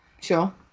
sure